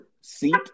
seat